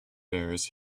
bears